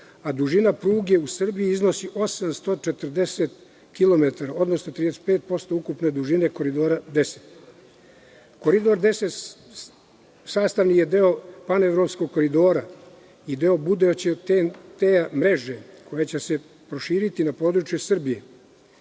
a dužina pruge u Srbiji iznosi 840 kilometara, odnosno 35% ukupne dužine Koridora 10. Koridor 10 sastavni je deo panevropskog koridora i deo buduće te mreže koja će se proširiti na području Srbije.